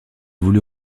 voulut